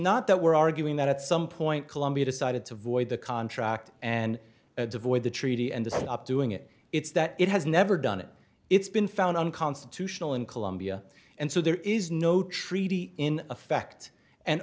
not that we're arguing that at some point colombia decided to void the contract and avoid the treaty and the stop doing it it's that it has never done it it's been found unconstitutional in colombia and so there is no treaty in effect and